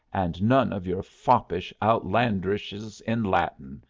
and none of your foppish outlandishries in latin,